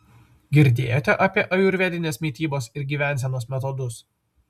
girdėjote apie ajurvedinės mitybos ir gyvensenos metodus